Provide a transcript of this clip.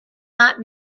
not